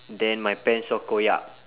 then my pants all koyak